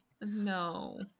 No